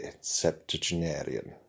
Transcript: septuagenarian